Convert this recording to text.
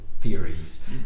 theories